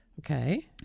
Okay